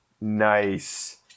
Nice